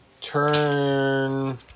Turn